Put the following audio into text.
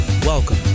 Welcome